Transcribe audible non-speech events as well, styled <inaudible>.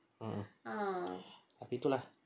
um <breath> tapi tu lah